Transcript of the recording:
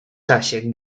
czasie